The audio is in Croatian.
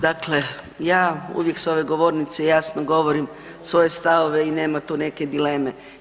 Dakle, ja uvijek s ove govornice jasno govorim svoje stavove i nema tu neke dileme.